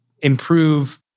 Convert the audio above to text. improve